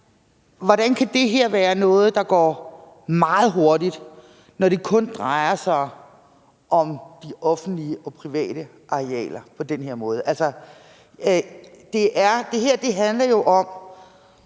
hvordan kan det her være noget, der går meget hurtigt, når det på den måde kun drejer sig om de offentlige og private arealer? Det her handler jo om